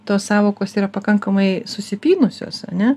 tos sąvokos yra pakankamai susipynusios ane